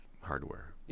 hardware